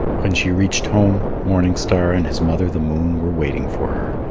when she reached home, morning star and his mother the moon were waiting for her.